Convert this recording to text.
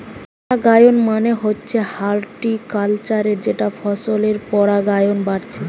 পরাগায়ন মানে হচ্ছে হর্টিকালচারে যেটা ফসলের পরাগায়ন বাড়াচ্ছে